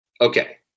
Okay